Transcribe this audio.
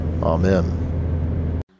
Amen